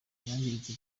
yangiritse